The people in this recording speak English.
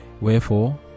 Wherefore